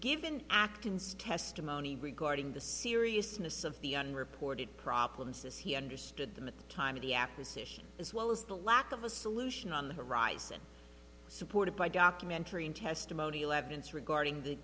given acton's testimony regarding the seriousness of the unreported problems as he understood them at the time of the acquisition as well as the lack of a solution on the horizon supported by documentary and testimonial evidence regarding the